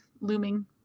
looming